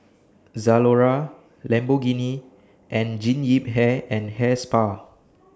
Zalora Lamborghini and Jean Yip Hair and Hair Spa